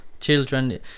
children